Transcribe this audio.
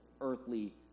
earthly